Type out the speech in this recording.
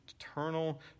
eternal